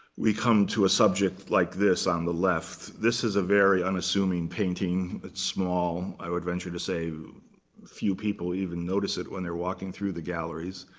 we come to a subject like this on the left. this is a very unassuming painting. it's small. i would venture to say few people even notice it when they're walking through the galleries.